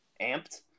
amped